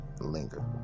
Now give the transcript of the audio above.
linger